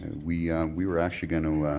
we we were actually going to